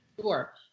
Sure